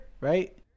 right